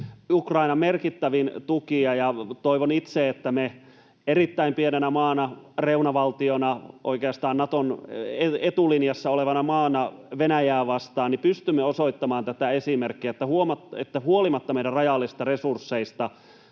Ukrainan merkittävin tukija. Toivon itse, että erittäin pienenä maana, reunavaltiona, oikeastaan Naton etulinjassa olevana maana Venäjää vastaan me pystymme osoittamaan tätä esimerkkiä, että huolimatta meidän rajallisista resursseistamme